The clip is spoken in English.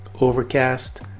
overcast